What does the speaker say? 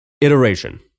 Iteration